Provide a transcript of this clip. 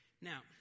Now